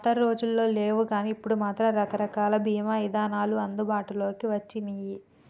పాతరోజుల్లో లేవుగానీ ఇప్పుడు మాత్రం రకరకాల బీమా ఇదానాలు అందుబాటులోకి వచ్చినియ్యి